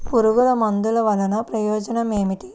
పురుగుల మందుల వల్ల ప్రయోజనం ఏమిటీ?